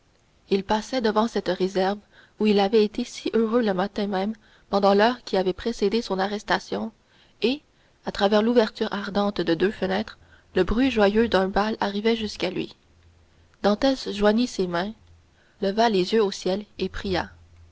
il passait devant cette réserve où il avait été si heureux le matin même pendant l'heure qui avait précédé son arrestation et à travers l'ouverture ardente de deux fenêtres le bruit joyeux d'un bal arrivait jusqu'à lui dantès joignit ses mains leva les yeux au ciel et pria